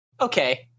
okay